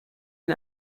een